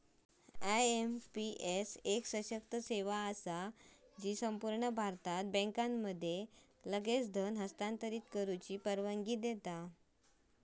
IMPS एक सशक्त सेवा असा जी संपूर्ण भारतात बँकांमध्ये लगेच धन हस्तांतरित करुची परवानगी देता